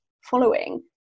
following